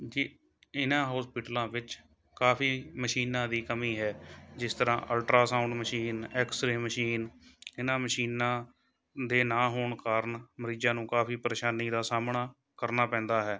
ਜਿ ਇਹਨਾਂ ਹੋਸਪੀਟਲਾਂ ਵਿੱਚ ਕਾਫ਼ੀ ਮਸ਼ੀਨਾਂ ਦੀ ਕਮੀ ਹੈ ਜਿਸ ਤਰ੍ਹਾਂ ਅਲਟ੍ਰਾਸਾਊਂਡ ਮਸ਼ੀਨ ਐਕਸਰੇਅ ਮਸ਼ੀਨ ਇਹਨਾਂ ਮਸ਼ੀਨਾਂ ਦੇ ਨਾ ਹੋਣ ਕਾਰਨ ਮਰੀਜ਼ਾਂ ਨੂੰ ਕਾਫ਼ੀ ਪ੍ਰੇਸ਼ਾਨੀ ਦਾ ਸਾਹਮਣਾ ਕਰਨਾ ਪੈਂਦਾ ਹੈ